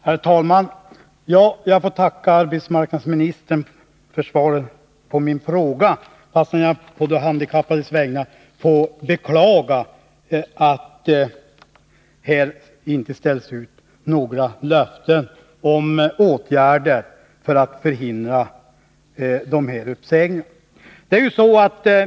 Herr talman! Jag får tacka arbetsmarknadsministern för svaret på min fråga, fastän jag på de handikappades vägnar får beklaga att det inte ställs i utsikt eller ges några löften om åtgärder för att förhindra ifrågavarande uppsägningar.